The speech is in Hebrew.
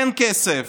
אין כסף.